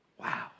Wow